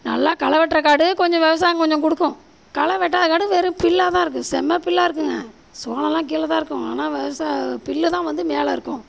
நல்லா களை வெட்டுற காடு கொஞ்சம் விவசாயம் கொஞ்சம் கொடுக்கும் களை வெட்டாத காடு வெறும் புல்லா தான் இருக்கும் செம்ம புல்லா இருக்குங்க சோளம்லாம் கீழேதான் இருக்கும் ஆனால் விவசா புல்லுதான் வந்து மேலே இருக்கும்